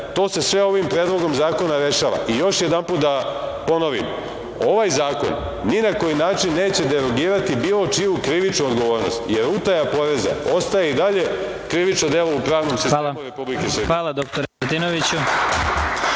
To se sve ovim Predlogom zakona rešava. Još jedanput da ponovim, ovaj zakon ni na koji način neće derogirati bilo čiju krivičnu odgovornost, jer utaja poreza ostaje i dalje krivično delo u pravnom sistemu Republike Srbije. **Vladimir Marinković**